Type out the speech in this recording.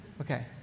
Okay